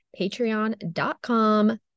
patreon.com